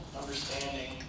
understanding